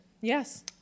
Yes